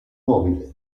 nobile